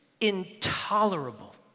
intolerable